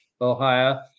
Ohio